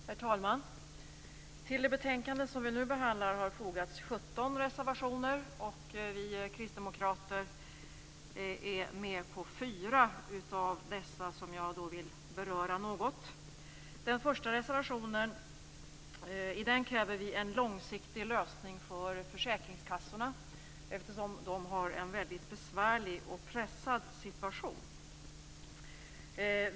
Herr talman! Till det betänkande som vi nu behandlar har fogats 17 reservationer, och vi kristdemokrater är med på fyra av dessa. Jag vill beröra dem något. I den första reservationen kräver vi en långsiktig lösning för försäkringskassorna, eftersom de har en väldigt besvärlig och pressad situation.